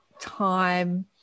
time